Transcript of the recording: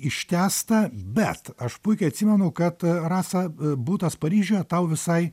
ištęsta bet aš puikiai atsimenu kad rasa butas paryžiuje tau visai